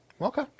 okay